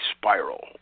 spiral